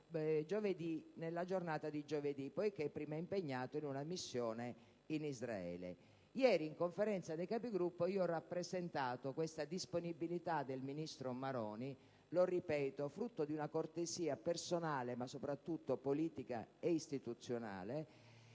nella giornata di giovedì, poiché prima era impegnato in una missione in Israele. Ieri, in Conferenza dei Capigruppo, ho fatto riferimento a questa disponibilità del ministro Maroni, frutto di una cortesia - ripeto - personale, ma soprattutto politica e istituzionale